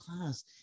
class